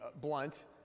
blunt